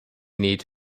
need